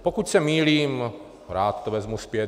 Pokud se mýlím, rád to vezmu zpět.